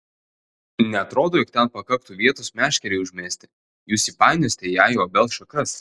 neatrodo jog ten pakaktų vietos meškerei užmesti jūs įpainiosite ją į obels šakas